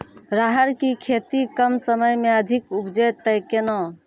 राहर की खेती कम समय मे अधिक उपजे तय केना?